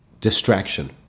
distraction